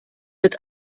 wird